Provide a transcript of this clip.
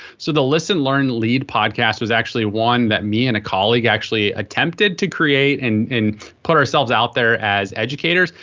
so the listen learn lead podcast was actually one that me and a colleague attempted to create and and put ourselves out there as educators.